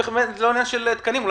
זה לא עניין של תקנים,